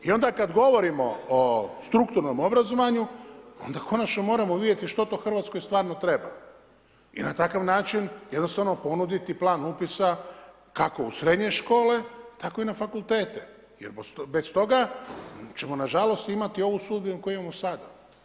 I onda kada govorimo o strukturnom obrazovanju onda konačno moramo vidjeti što to Hrvatskoj stvarno treba i na takav način jednostavno ponuditi plan upisa kako u srednje škole tako i na fakultete jer bez toga ćemo nažalost imati ovu sudbinu koju imamo sada.